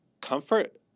comfort